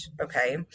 Okay